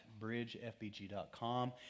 bridgefbg.com